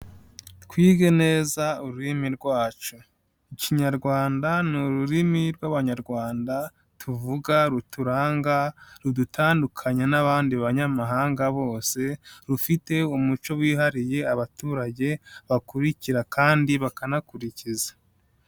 Twige neza ururimi rwacu. Ikinyarwanda ni ururimi rw'Abanyarwanda tuvuga, ruturanga rudutandukanya n'abandi banyamahanga bose ,rufite umuco wihariye abaturage bakurikira kandi bakanakurikiza.